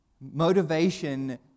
Motivation